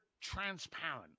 transparent